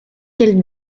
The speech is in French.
qu’elle